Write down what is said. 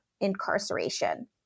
incarceration